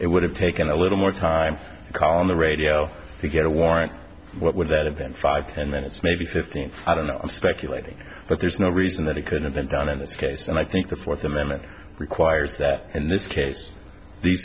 it would have taken a little more time to calm the radio to get a warrant what would that have been five ten minutes maybe fifteen i don't know i'm speculating but there's no reason that it could have been done in this case and i think the fourth amendment requires that in this case the